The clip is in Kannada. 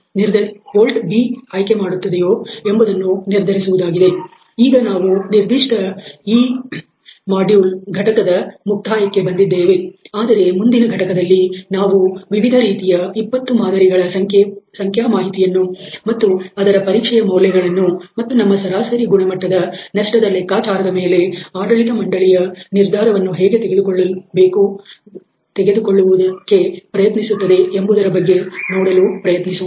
ಈಗ ನಾವು ಈ ನಿರ್ದಿಷ್ಟ ಘಟಕದ ಮುಕ್ತಾಯಕ್ಕೆ ಬಂದಿದ್ದೇವೆ ಆದರೆ ಮುಂದಿನ ಘಟಕದಲ್ಲಿ ನಾವು ವಿವಿಧ ರೀತಿಯ 20 ಮಾದರಿಗಳ ಸಂಖ್ಯಾಮಾಹಿತಿಯನ್ನು ಮತ್ತು ಅದರ ಪರೀಕ್ಷೆಯ ಮೌಲ್ಯಗಳನ್ನು ಮತ್ತು ನಮ್ಮ ಸರಾಸರಿ ಗುಣಮಟ್ಟದ ನಷ್ಟದ ಲೆಕ್ಕಾಚಾರದ ಮೇಲೆ ಆಡಳಿತ ಮಂಡಳಿಯು ಹೇಗೆ ನಿರ್ಧಾರವನ್ನು ತೆಗೆದುಕೊಳ್ಳಲು ಪ್ರಯತ್ನಿಸುತ್ತದೆ ಎಂಬುದರ ಬಗ್ಗೆ ನೋಡಲು ಪ್ರಯತ್ನಿಸೋಣ